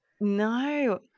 No